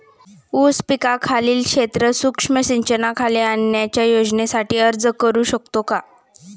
ऊस पिकाखालील क्षेत्र सूक्ष्म सिंचनाखाली आणण्याच्या योजनेसाठी अर्ज करू शकतो का?